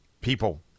People